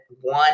one